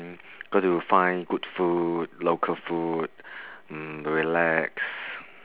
got to find good food local food mm relax